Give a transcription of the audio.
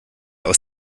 aus